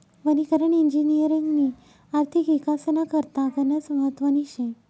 वनीकरण इजिनिअरिंगनी आर्थिक इकासना करता गनच महत्वनी शे